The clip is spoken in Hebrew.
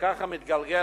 וככה זה מתגלגל.